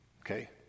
Okay